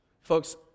Folks